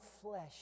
flesh